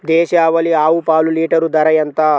దేశవాలీ ఆవు పాలు లీటరు ధర ఎంత?